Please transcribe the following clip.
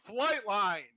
Flightline